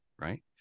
right